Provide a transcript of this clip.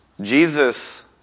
Jesus